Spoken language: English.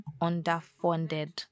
underfunded